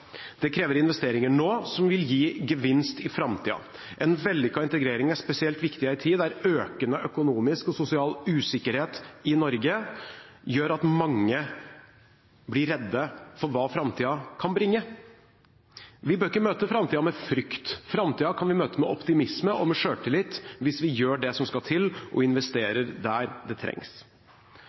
det norske fellesskapet. Det krever investeringer nå som vil gi gevinst i framtida. En vellykket integrering er spesielt viktig i en tid da økende økonomisk og sosial usikkerhet i Norge gjør at mange blir redde for hva framtida kan bringe. Vi bør ikke møte framtida med frykt, framtida kan vi møte med optimisme og med selvtillit hvis vi gjør det som skal til og investerer der det trengs.